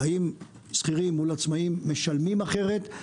האם שכירים מול עצמאיים משלמים אחרת,